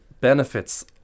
benefits